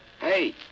Hey